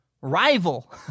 rival